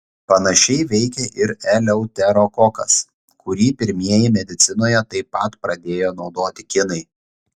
panašiai veikia ir eleuterokokas kurį pirmieji medicinoje taip pat pradėjo naudoti kinai